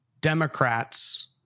Democrats